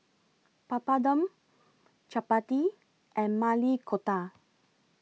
Papadum Chapati and Maili Kofta